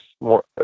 more